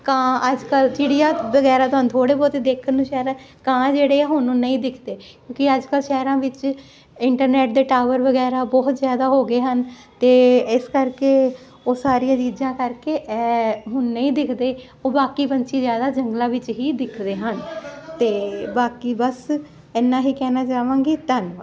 ਕਾਂ ਅੱਜ ਕੱਲ ਚਿੜੀਆ ਵਗੈਰਾ ਤੁਹਾਨੂੰ ਥੋੜੇ ਬਹੁਤੇ ਦੇਖਣ ਨੂੰ ਸ਼ੈਦ ਕਾਂ ਜਿਹੜੇ ਹੁਣ ਨਹੀਂ ਦਿਖਦੇ ਕਿਉਂਕਿ ਅੱਜ ਕੱਲ ਸ਼ਹਿਰਾਂ ਵਿੱਚ ਇੰਟਰਨੈਟ ਦੇ ਟਾਵਰ ਵਗੈਰਾ ਬਹੁਤ ਜਿਆਦਾ ਹੋ ਗਏ ਹਨ ਤੇ ਇਸ ਕਰਕੇ ਉਹ ਸਾਰੀਆਂ ਚੀਜਾਂ ਕਰਕੇ ਐਹ ਹੁਣ ਨਹੀਂ ਦਿਖਦੇ ਉਹ ਬਾਕੀ ਪੰਛੀ ਜਿਆਦਾ ਜੰਗਲਾਂ ਵਿੱਚ ਹੀ ਦਿਖਦੇ ਹਨ ਤੇ ਬਾਕੀ ਬਸ ਇਨਾ ਹੀ ਕਹਿਣਾ ਚਾਹਵਾਂਗੀ ਧੰਨਵਾਦ